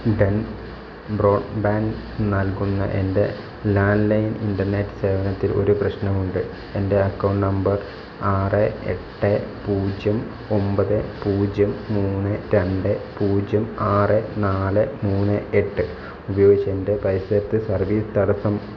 Den broadband നൽകുന്ന എൻ്റെ landline internet സേവനത്തിൽ ഒരു പ്രശ്നമുണ്ട് എൻ്റെ അക്കൗണ്ട് നമ്പർ ആറ് എട്ട് പൂജ്യം ഒമ്പത് പൂജ്യം മൂന്ന് രണ്ട് പൂജ്യം ആറ് നാല് മൂന്ന് എട്ട് ഉപയോഗിച്ചു എൻ്റെ പരിസരത്തെ സർവീസ് തടസ്സം